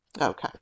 Okay